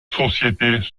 sociétés